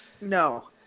No